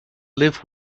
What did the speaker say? live